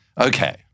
Okay